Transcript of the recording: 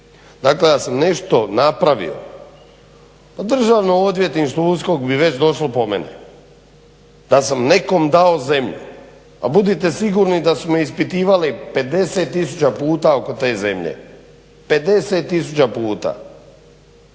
Dakle, da sam nešto napravio pa Državno odvjetništvo, USKO bi već došlo po mene da sam nekom dao zemlju, a budite sigurni da su me ispitivali 50000 puta oko te zemlje. 50000 puta.